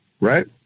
right